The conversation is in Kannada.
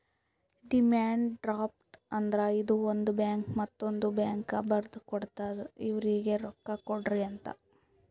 ಡಿಮ್ಯಾನ್ಡ್ ಡ್ರಾಫ್ಟ್ ಅಂದ್ರ ಇದು ಒಂದು ಬ್ಯಾಂಕ್ ಮತ್ತೊಂದ್ ಬ್ಯಾಂಕ್ಗ ಬರ್ದು ಕೊಡ್ತಾದ್ ಇವ್ರಿಗ್ ರೊಕ್ಕಾ ಕೊಡ್ರಿ ಅಂತ್